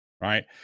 Right